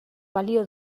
balio